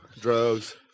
drugs